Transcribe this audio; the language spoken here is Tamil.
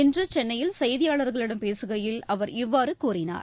இன்று சென்னையில் செய்தியாளர்களிடம் பேசுகையில் அவர் இவ்வாறு கூறினார்